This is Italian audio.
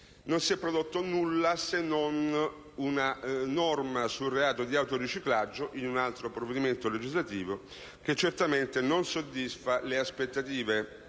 non si è prodotto nulla, se non una norma sul reato di autoriciclaggio, in un altro provvedimento legislativo, che certamente non soddisfa le aspettative